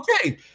okay